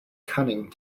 cunning